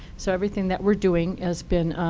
so everything that we're doing has been